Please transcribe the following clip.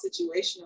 situational